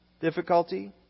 difficulty